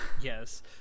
Yes